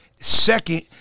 Second